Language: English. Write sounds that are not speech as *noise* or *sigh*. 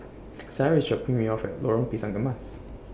*noise* Sara IS dropping Me off At Lorong Pisang Emas